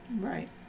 Right